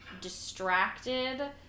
distracted